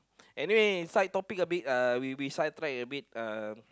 anyway side topic a bit uh we we side track a bit uh